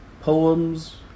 poems